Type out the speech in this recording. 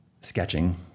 sketching